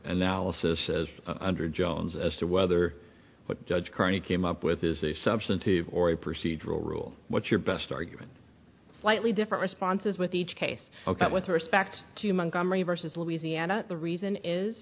analysis says under jones as to whether what judge carney came up with is a substantive or a procedural rule what's your best argument slightly different responses with each case that with respect to montgomery versus louisiana the reason is